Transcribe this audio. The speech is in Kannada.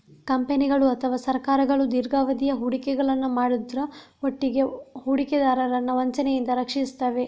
ಕಂಪನಿಗಳು ಅಥವಾ ಸರ್ಕಾರಗಳು ದೀರ್ಘಾವಧಿಯ ಹೂಡಿಕೆಗಳನ್ನ ಮಾಡುದ್ರ ಒಟ್ಟಿಗೆ ಹೂಡಿಕೆದಾರರನ್ನ ವಂಚನೆಯಿಂದ ರಕ್ಷಿಸ್ತವೆ